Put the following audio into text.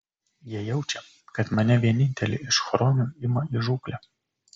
jie jaučia kad mane vienintelį iš chronių ima į žūklę